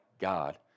God